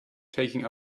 taking